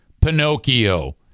Pinocchio